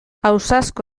ausazko